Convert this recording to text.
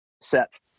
set